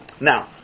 Now